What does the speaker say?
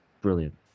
Brilliant